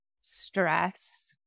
stress